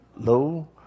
low